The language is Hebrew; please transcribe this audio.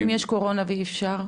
ואם יש קורונה ואי אפשר?